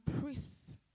priests